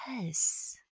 yes